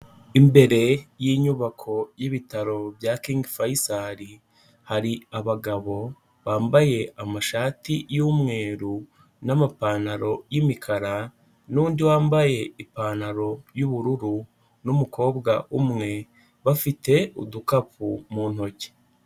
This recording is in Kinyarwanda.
Imbere y'inyubako y'ibitaro bya King Faisal hari abagabo bambaye amashati y'umweru, n'amapantaro y'imikara, n'undi wambaye ipantaro y'ubururu, n'umukobwa umwe bafite udukapu mu ntoki.